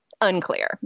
unclear